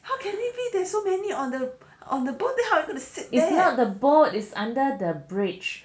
how can we be there's so many on the on the boat then how you gonna sit is held the board is under the bridge